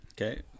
okay